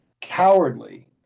cowardly